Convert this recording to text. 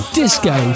disco